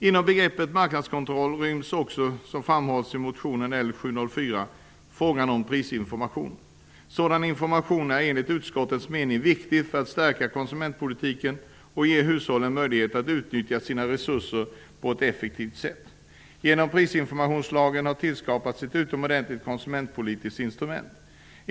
Inom begreppet marknadskontroll ryms också, som framhålls i motion L704, frågan om prisinformation. Sådan information är enligt utskottets mening viktig för att stärka konsumentpolitiken och ge hushållen möjligheter att utnyttja sina resurser på ett effektivt sätt. Genom prisinformationslagen har ett utomordentligt konsumentpolitiskt instrument tillskapats.